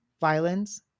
violence